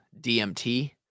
DMT